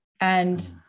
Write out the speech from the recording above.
and-